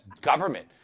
government